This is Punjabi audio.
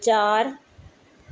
ਚਾਰ